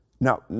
Now